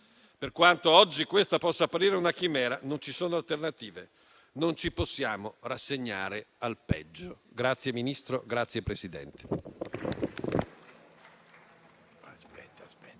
Per quanto oggi questa possa apparire una chimera, non ci sono alternative. Non ci possiamo rassegnare al peggio. Grazie, Ministro. Grazie, Presidente.